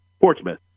Portsmouth